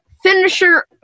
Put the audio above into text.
Finisher